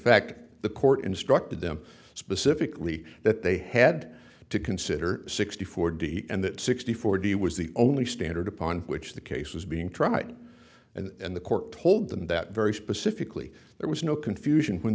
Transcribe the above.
fact the court instructed them specifically that they had to consider sixty four d and that sixty four d was the only standard upon which the case was being tried and the court told them that very specifically there was no confusion when